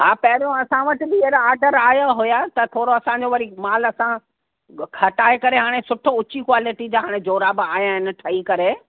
हा पहिरियों असां वटि बि अहिड़ा आडर आया हुया त थोरो असांजो वरी माल असां हटाए करे हाणे सुठो ऊची कॉलिटी जा हाणे जोराब आया आहिनि ठही करे